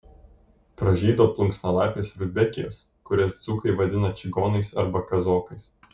pražydo plunksnalapės rudbekijos kurias dzūkai vadina čigonais arba kazokais